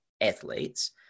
athletes